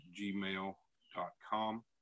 gmail.com